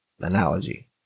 analogy